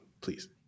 Please